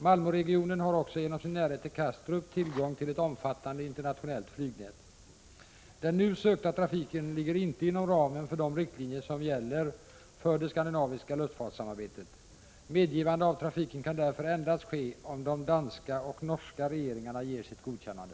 Malmöregionen har också genom sin närhet till Kastrup tillgång till ett omfattande internationellt flygnät. Den nu sökta trafiken ligger inte inom ramen för de riktlinjer som gäller för det skandinaviska luftfartssamarbetet. Medgivande av trafiken kan därför endast ske om de danska och norska regeringarna ger sitt godkännande.